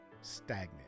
stagnant